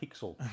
pixel